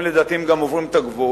לדעתי לפעמים הם גם עוברים את הגבול,